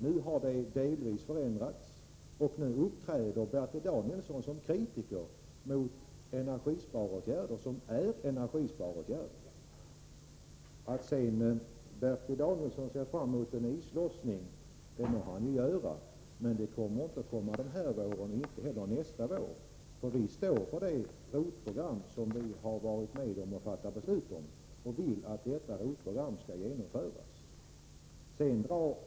Nu har det blivit en ändring, och nu uppträder Bertil Danielsson såsom kritiker mot energisparåtgärder som verkligen är energisparåtgärder. Sedan ser Bertil Danielsson fram mot en islossning. Ja, det må han göra, men någon islossning kommer inte att hända den här våren och inte heller nästa vår, för vi står för det ROT-program som vi har varit med om att fatta beslut om och vill att detta program också skall genomföras.